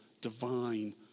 divine